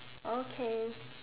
okay